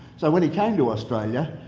so when he came to australia,